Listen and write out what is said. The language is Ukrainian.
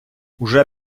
уже